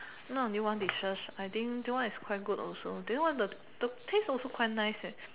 not only one dishes I think that one is quite good also that one the taste also quite nice eh